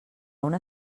una